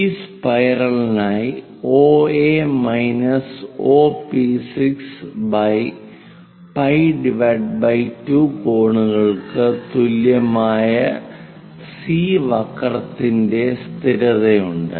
ഈ സ്പൈറലിനായി π 2 കോണുകൾക്ക് തുല്യമായ C വക്രത്തിന്റെ സ്ഥിരതയുണ്ട്